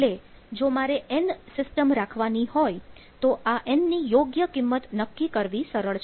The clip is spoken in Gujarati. એટલે જો મારે n સિસ્ટમ રાખવાની હોય તો આ n ની યોગ્ય કિંમત નક્કી કરવી સરળ છે